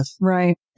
Right